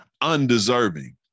undeserving